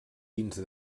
dins